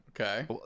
okay